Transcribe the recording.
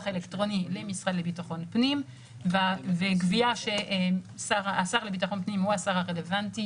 האלקטרוני למשרד לביטחון פנים וקביעה שהשר לביטחון פנים הוא השר הרלוונטי